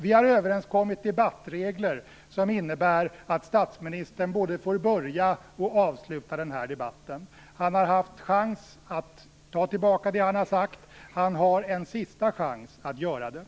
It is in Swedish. Vi har överenskommit debattregler som innebär att statsministern både får börja och avsluta debatten. Han har haft chansen att ta tillbaka det han har sagt. Han har nu en sista chans att göra det.